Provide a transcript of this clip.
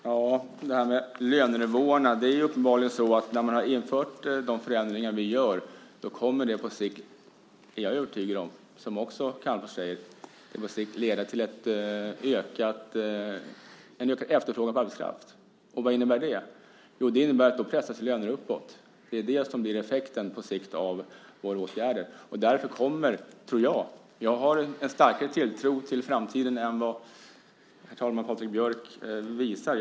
Herr talman! Ja, först gäller det lönenivåerna. När man har infört de förändringar som vi gör kommer det på sikt - det är jag övertygad om - att leda till en ökad efterfrågan på arbetskraft, som också Calmfors säger. Och vad innebär det? Jo, det innebär att lönerna pressas uppåt. Det är det som på sikt blir effekten av våra åtgärder. Herr talman! Jag har en starkare tilltro till framtiden än vad Patrik Björck visar.